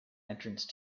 entrance